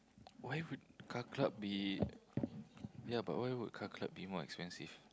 why would car club be ya but why would car club be more expensive